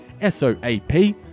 S-O-A-P